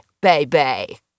baby